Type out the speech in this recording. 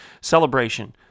celebration